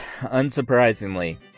unsurprisingly